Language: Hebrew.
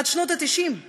עד שנות ה-90,